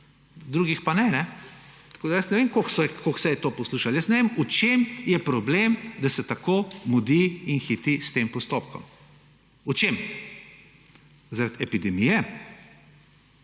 drugih pa ne. Jaz ne vem, koliko se je to poslušalo. Jaz ne vem, v čem je problem, da se tako mudi in hiti s tem postopkom. V čem? Zaradi epidemije?